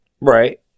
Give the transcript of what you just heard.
Right